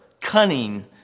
cunning